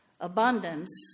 Abundance